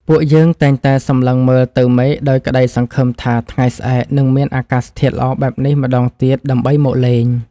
ពួកយើងតែងតែសម្លឹងមើលទៅមេឃដោយក្ដីសង្ឃឹមថាថ្ងៃស្អែកនឹងមានអាកាសធាតុល្អបែបនេះម្ដងទៀតដើម្បីមកលេង។